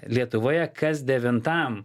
lietuvoje kas devintam